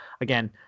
again